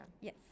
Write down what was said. Yes